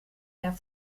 der